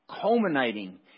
culminating